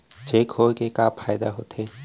Cheque होए के का फाइदा होथे?